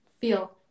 feel